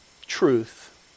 truth